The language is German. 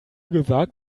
gesagt